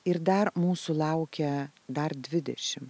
ir dar mūsų laukia dar dvidešimt